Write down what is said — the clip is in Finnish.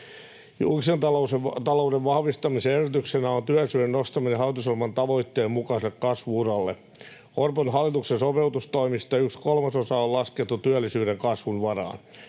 Julkisen talouden vahvistamisen edellytyksenä on työllisyyden nostaminen hallitusohjelman tavoitteen mukaiselle kasvu-uralle. Orpon hallituksen sopeutustoimista yksi kolmasosa on laskettu työllisyyden kasvun varaan.